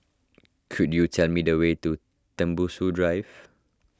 could you tell me the way to Tembusu Drive